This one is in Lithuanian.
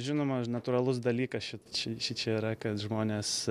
žinoma natūralus dalykas šiči šičia yra kad žmonės